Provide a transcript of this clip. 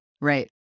right